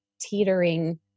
teetering